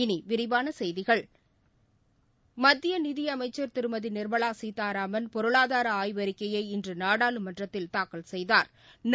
இனி விரிவான செய்திகள் மத்திய நிதி அமைச்சள் திருமதி நிர்மலா கீதாராமன் பொருளாதார ஆய்வறிக்கையை இன்று நாடாளுமன்றத்தில் தாக்கல் செய்தாா்